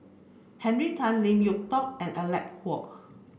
Henry Tan Lim Yew Tock and Alec Huok